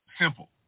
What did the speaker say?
Simple